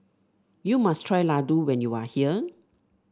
you must try Ladoo when you are here